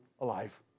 alive